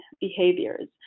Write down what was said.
behaviors